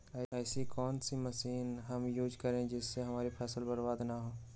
ऐसी कौन सी मशीन हम यूज करें जिससे हमारी फसल बर्बाद ना हो?